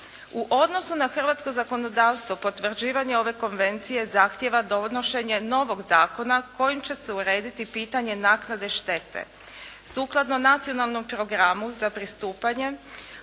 U odnosu na hrvatsko zakonodavstvo potvrđivanje ove konvencije zahtjeva donošenje novog zakona kojim će se urediti pitanje naknade štete. Sukladno Nacionalnom programu za pristupanje,